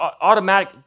automatic